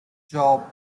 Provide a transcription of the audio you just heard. job